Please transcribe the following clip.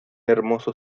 hermoso